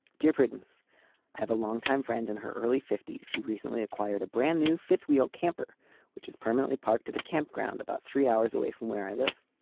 diffidence i have a longtime friend in her early fifty s who recently acquired a brand new fifth wheel camper which is permanently parked at a campground about three hours away from where i live.